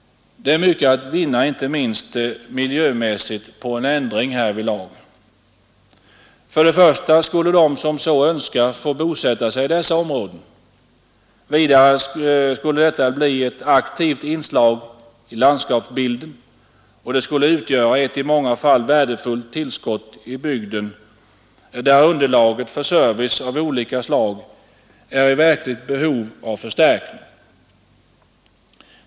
Det är mycket att vinna, inte minst miljömässigt, på en ändring härvidlag. Först och främst skulle de som så önskade få bosätta sig i dessa områden. Vidare skulle detta bli ett aktivt inslag i landskapsbilden, och det skulle utgöra ett i många fall värdefullt tillskott i bygden, där underlaget för service av olika slag är i verkligt behov av förstärkning.